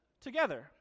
together